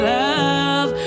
love